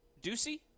Ducey